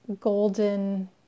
golden